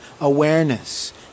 awareness